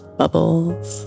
bubbles